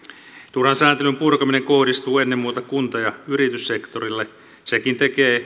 turhan sääntelyn purkaminen kohdistuu ennen muuta kunta ja yrityssektorille sekin